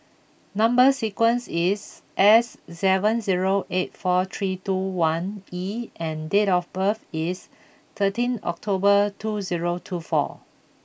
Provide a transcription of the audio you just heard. number sequence is S seven zero eight four three two one E and date of birth is thirteen October two zero two four